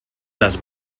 les